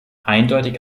eindeutig